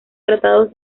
tratados